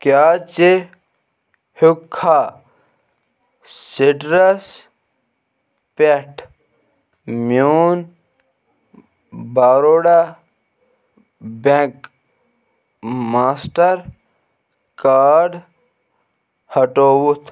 کیٛاہ ژٕ ہٮ۪وٚکھا سِٹرس پٮ۪ٹھ میون بَروڈا بیٚنٛک ماسٹر کارڈ ہٹووُتھ ؟